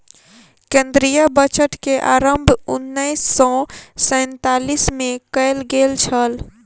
केंद्रीय बजट के आरम्भ उन्नैस सौ सैंतालीस मे कयल गेल छल